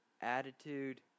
attitude